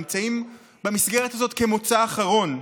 נמצאים במסגרת הזאת כמוצא אחרון.